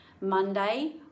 Monday